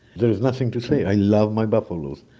there's nothing to say, i love my buffaloes,